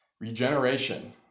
regeneration